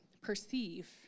perceive